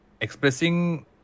expressing